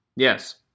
Yes